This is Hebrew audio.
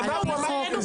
אי אפשר, על פי חוק.